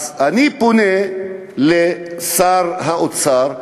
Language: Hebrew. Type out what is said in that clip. אז אני פונה לשר האוצר,